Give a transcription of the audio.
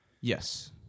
Yes